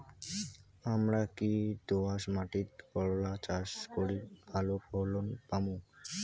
হামরা কি দোয়াস মাতিট করলা চাষ করি ভালো ফলন পামু?